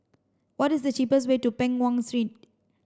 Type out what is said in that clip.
what is the cheapest way to Peng Nguan